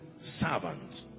servant